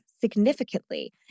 significantly